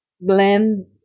blend